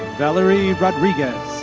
valerie rodriguez.